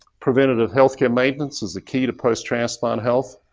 preventative healthcare maintenance is a key to post transplant health.